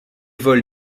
vols